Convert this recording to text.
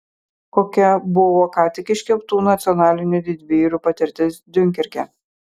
kokia buvo ką tik iškeptų nacionalinių didvyrių patirtis diunkerke